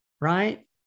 right